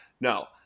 No